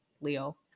Leo